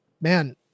man